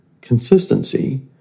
consistency